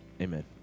Amen